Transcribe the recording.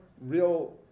real